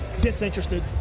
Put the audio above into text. Disinterested